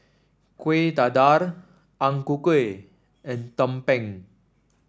Kueh Dadar Ang Ku Kueh and tumpeng